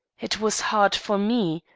it was hard for me.